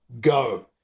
Go